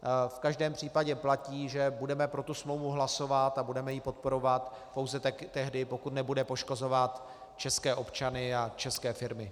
V každém případě platí, že budeme pro tu smlouvu hlasovat a budeme ji podporovat pouze tehdy, pokud nebude poškozovat české občany a české firmy.